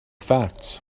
facts